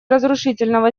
разрушительного